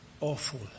awful